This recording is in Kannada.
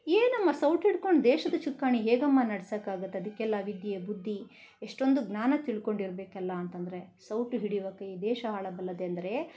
ಏನಮ್ಮ ಸೌಟು ಹಿಡ್ಕೊಂಡು ದೇಶದ ಚುಕ್ಕಾಣಿ ಹೇಗಮ್ಮ ನಡ್ಸೋಕಾಗುತ್ತೆ ಅದಕ್ಕೆಲ್ಲ ವಿದ್ಯೆ ಬುದ್ಧಿ ಎಷ್ಟೊಂದು ಜ್ಞಾನ ತಿಳ್ಕೊಂಡಿರಬೇಕಲ್ಲ ಅಂತೆಂದ್ರೆ ಸೌಟು ಹಿಡಿಯುವ ಕೈ ದೇಶ ಆಳಬಲ್ಲದೇ ಅಂದರೆ